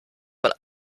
von